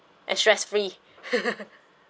and stress free